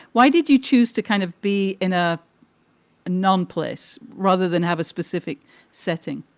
why did you choose to kind of be in a non place rather than have a specific setting?